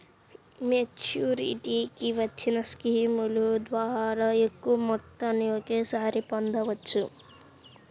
మెచ్యూరిటీకి వచ్చిన స్కీముల ద్వారా ఎక్కువ మొత్తాన్ని ఒకేసారి పొందవచ్చు